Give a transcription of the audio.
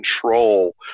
control